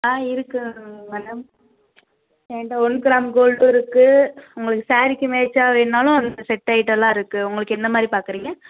ஆ இருக்குது மேடம் என்ட one gram gold இருக்குது உங்களுக்கு சேரீக்கு மேட்ச்சாக வேணும்னாலும் அதுக்கு செட் ஐட்டமெலாம் இருக்குது உங்களுக்கு என்ன மாதிரி பார்க்குறீங்க